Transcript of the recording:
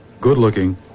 good-looking